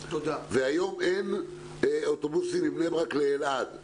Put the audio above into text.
היום אין אוטובוסים מבני-ברק לאלעד.